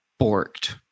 borked